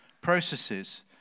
processes